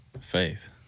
faith